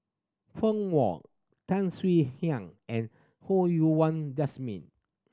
Feng Wong Tan Swie Hian and Ho Yuan Wah Jesmine